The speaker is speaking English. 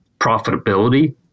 profitability